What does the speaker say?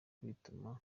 kwituma